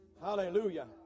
hallelujah